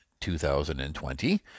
2020